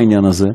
בעניין הזה.